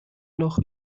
noch